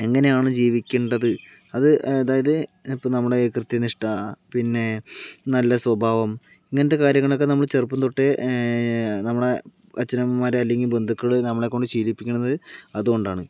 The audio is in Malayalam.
എങ്ങനെയാണ് ജീവിക്കണ്ടത് അത് അതായത് ഇപ്പോൾ നമ്മുടെ കൃത്യനിഷ്ഠ പിന്നെ നല്ല സ്വഭാവം ഇങ്ങനത്തെ കാര്യങ്ങളൊക്കെ നമ്മള് ചെറുപ്പം തൊട്ടേ നമ്മുടെ അച്ഛനമ്മമാര് അല്ലെങ്കിൽ ബന്ധുക്കള് നമ്മളെക്കൊണ്ട് ശീലിപ്പിക്കണത് അതുകൊണ്ടാണ്